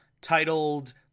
titled